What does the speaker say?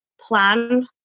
plan